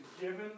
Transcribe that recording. given